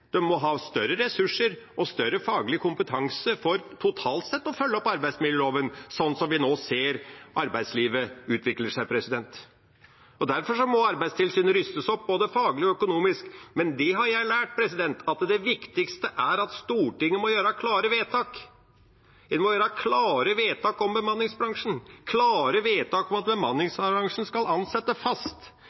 de må ha større ressurser og større faglig kompetanse for totalt sett å følge opp arbeidsmiljøloven slik vi nå ser arbeidslivet utvikle seg. Derfor må Arbeidstilsynet rustes opp, både faglig og økonomisk. Men jeg har lært at det viktigste er at Stortinget må gjøre klare vedtak. Vi må gjøre klare vedtak om bemanningsbransjen, klare vedtak om at bemanningsbransjen skal ansette fast,